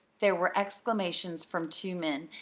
there were exclamations from two men,